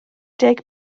deg